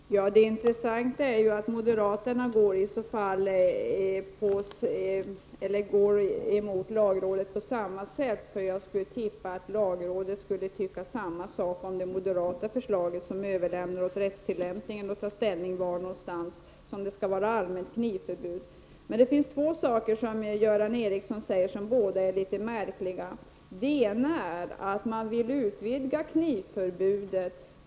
Herr talman! Det intressanta är att moderaterna i så fall också går emot vad lagrådet säger. Jag tror nämligen att lagrådet tycker samma sak om det moderata förslaget, som överlåter på rättstillämpningen att bestämma var det skall råda allmänt knivförbud. Två saker som Göran Ericsson säger är märkliga. Den ena är att han vill utvidga knivförbudet.